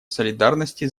солидарности